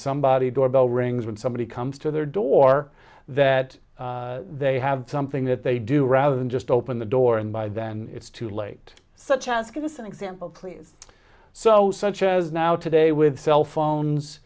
somebody's doorbell rings when somebody comes to their door that they have something that they do rather than just open the door and by then it's too late such as give us an example please so such as now today with cell phones